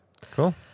Cool